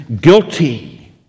guilty